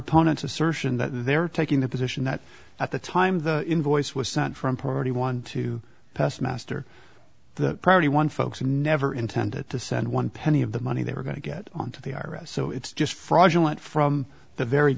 opponent's assertion that they're taking the position that at the time the invoice was sent from priority one to past master the priority one folks and never intended to send one penny of the money they were going to get on to the i r s so it's just fraudulent from the very